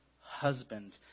husband